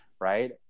right